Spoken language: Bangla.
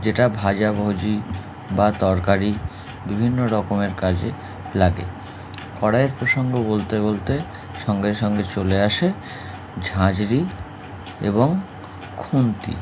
যেটা ভাজাভুজি বা তরকারি বিভিন্ন রকমের কাজে লাগে কড়াইয়ের প্রসঙ্গ বলতে বলতে সঙ্গে সঙ্গে চলে আসে ঝাঁজরি এবং খুন্তি